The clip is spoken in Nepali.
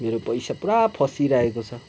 मेरो पैसा पुरा फसिइरहेको छ